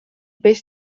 peix